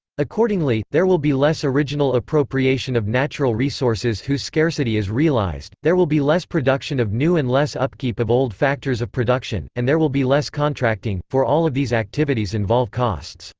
accordingly, there will be less original appropriation of natural resources whose scarcity is realized, there will be less production of new and less upkeep of old factors of production, and there will be less contracting, for all of these activities involve costs.